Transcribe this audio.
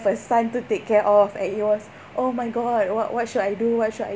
first son to take care of and it was oh my god what what should I do what should I